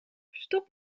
stop